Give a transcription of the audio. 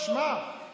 תמשוך את החוק.